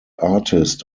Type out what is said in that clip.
artist